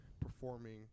performing